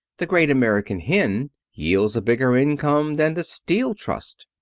the great american hen yields a bigger income than the steel trust.